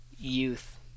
Youth